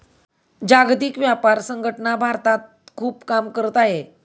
जागतिक व्यापार संघटना भारतात खूप काम करत आहे